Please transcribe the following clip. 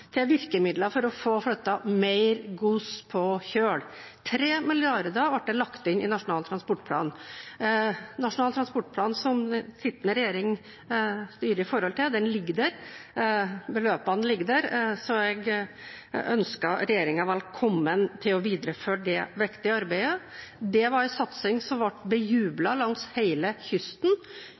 til virkemidler for å få flyttet mer gods over på kjøl. 3 mrd. kr ble lagt inn i Nasjonal transportplan. Nasjonal transportplan, som den sittende regjeringen styrer etter, ligger der, og beløpene ligger der, så jeg ønsker regjeringen velkommen til å videreføre det viktige arbeidet. Det var en satsing som ble bejublet langs hele kysten